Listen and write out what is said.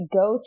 go